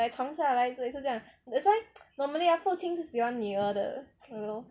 like 传下来所以是这样 that's why normally ah 父亲是喜欢女儿的 you know